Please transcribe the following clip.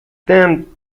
dammed